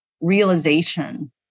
realization